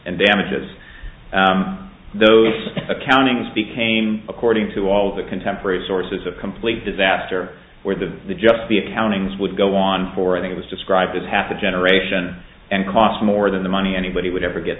and damages those accountings became according to all the contemporary sources of complete disaster where the the just the accounting is would go on for that was described as half a generation and cost more than the money anybody would ever get